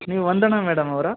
ನೀವು ವಂದನಾ ಮೇಡಮ್ ಅವರಾ